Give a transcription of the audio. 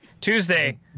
Tuesday